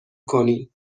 کنین